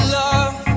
love